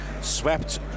swept